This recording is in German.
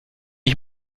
ich